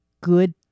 good